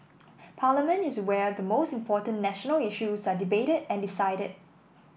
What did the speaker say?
parliament is where the most important national issues are debated and decided